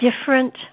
different